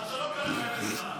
הוא גנב את הזמן.